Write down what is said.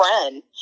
friend